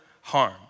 harm